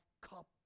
cup